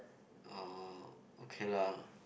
oh okay lah